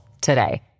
today